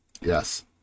Yes